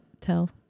tell